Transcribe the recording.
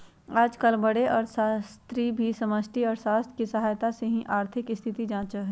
आजकल बडे अर्थशास्त्री भी समष्टि अर्थशास्त्र के सहायता से ही आर्थिक स्थिति जांचा हई